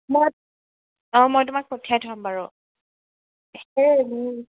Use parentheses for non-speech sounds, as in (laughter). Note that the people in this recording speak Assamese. মই অঁ মই তোমাক পঠিয়াই থ'ম বাৰু (unintelligible)